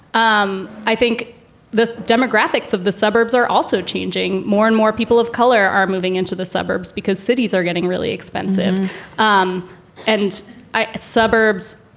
um i think the demographics of the suburbs are also changing. more and more people of color are moving into the suburbs because cities are getting really expensive um and suburbs,